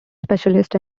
specialist